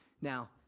now